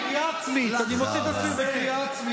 עזוב, עודד.